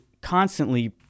constantly